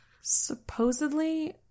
Supposedly